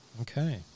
Okay